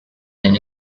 than